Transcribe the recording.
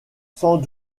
sans